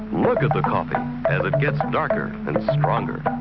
look at the coffee, as it gets darker and stronger.